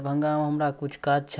ओ टुटल चश्मा देखलहुॅं